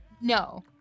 No